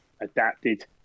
adapted